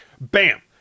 Bam